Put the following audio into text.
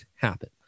happen